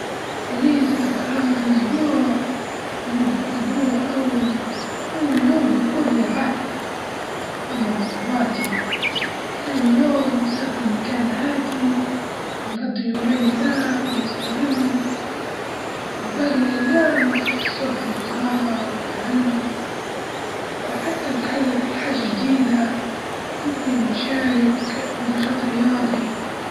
أكتر شهر حار هو يوليو وأغسطس وأغسطس بردو، وأبرد شهر هو يناير، أما من ناحية الرطوبة فأشهر ص- أشهر الصيف عادة، ونقص الرطوبة وأش وأشهر الشتاء أكثر جفافًا.